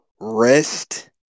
rest